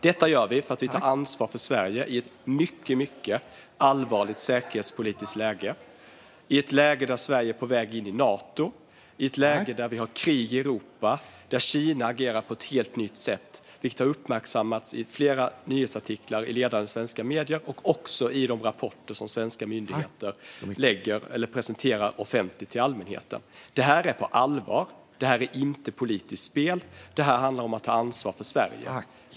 Detta gör vi för att vi tar ansvar för Sverige i ett mycket allvarligt säkerhetspolitiskt läge, där Sverige är på väg in i Nato, där vi har krig i Europa och där Kina agerar på ett helt nytt sätt, vilket har uppmärksammats i flera nyhetsartiklar i ledande svenska medier och även i de rapporter som svenska myndigheter presenterar offentligt inför allmänheten. Det här är på allvar. Det är inte politiskt spel. Det handlar om att ta ansvar för Sverige.